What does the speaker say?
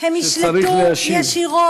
שצריך להשיב?